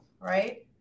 right